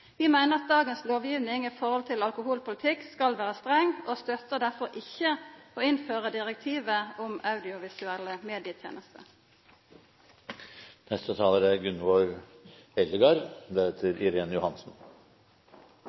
Vi meiner at dagens lovgjeving om alkoholpolitikk skal vera streng, og støttar derfor ikkje å innføra direktivet om audiovisuelle medietenester. Det er